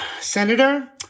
Senator